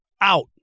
out